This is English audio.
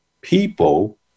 people